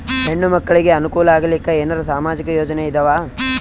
ಹೆಣ್ಣು ಮಕ್ಕಳಿಗೆ ಅನುಕೂಲ ಆಗಲಿಕ್ಕ ಏನರ ಸಾಮಾಜಿಕ ಯೋಜನೆ ಇದಾವ?